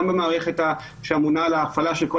גם במערכת שאמונה על הפעלה של כל